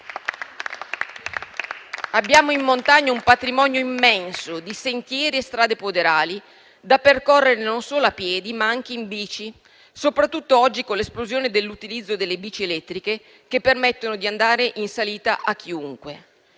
abbiamo un patrimonio immenso di sentieri e strade poderali da percorrere non solo a piedi, ma anche in bici, soprattutto oggi, con l'esplosione dell'utilizzo delle bici elettriche, che permettono di andare in salita a chiunque.